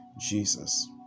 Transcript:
Jesus